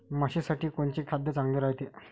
म्हशीसाठी कोनचे खाद्य चांगलं रायते?